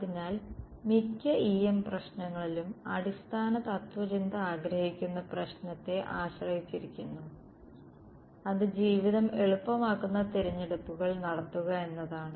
അതിനാൽ മിക്ക EM പ്രശ്നങ്ങളിലും അടിസ്ഥാന തത്ത്വചിന്ത ആഗ്രഹിക്കുന്ന പ്രശ്നത്തെ ആശ്രയിച്ചിരിക്കുന്നു അത് ജീവിതം എളുപ്പമാക്കുന്ന തിരഞ്ഞെടുപ്പുകൾ നടത്തുക എന്നതാണ്